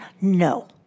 No